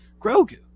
Grogu